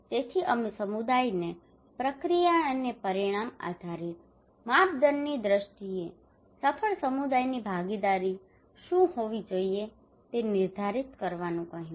તેથી અમે સમુદાયને પ્રક્રિયા અને પરિણામ આધારિત માપદંડની દ્રષ્ટિએ સફળ સમુદાયની ભાગીદારી શું હોવી જોઈએ તે નિર્ધારિત કરવાનું કહ્યું